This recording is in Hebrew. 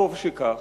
וטוב שכך.